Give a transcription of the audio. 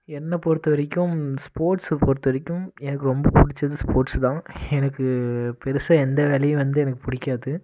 என்ன பொறுத்த வரைக்கும் ஸ்போர்ட்ஸ் பொறுத்த வரைக்கும் எனக்கு ரொம்ப பிடிச்சது ஸ்போர்ட்ஸ் தான் எனக்கு பெருசாக எந்த வேலையும் வந்து எனக்கு பிடிக்காது